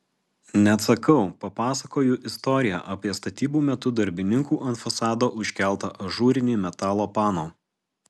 neatsakau papasakoju istoriją apie statybų metu darbininkų ant fasado užkeltą ažūrinį metalo pano